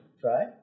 Try